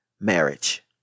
Marriage